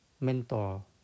mental